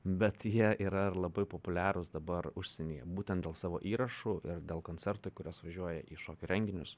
bet jie yra ir labai populiarūs dabar užsienyje būtent dėl savo įrašų ir dėl koncertų kuriuos važiuoja į šokių renginius